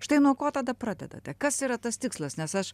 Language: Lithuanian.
štai nuo ko tada pradedate kas yra tas tikslas nes aš